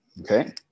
okay